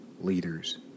leaders